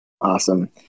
Awesome